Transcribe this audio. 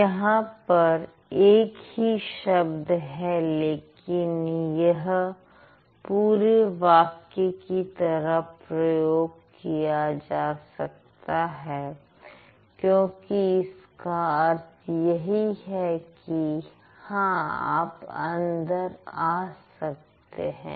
यहां पर एक ही शब्द है लेकिन यह पूरे वाक्य की तरह प्रयोग किया जा सकता है क्योंकि इसका अर्थ यही है कि हां आप अंदर आ सकते हैं